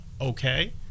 okay